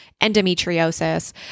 endometriosis